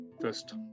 first